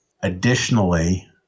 Additionally